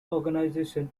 organization